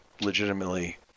legitimately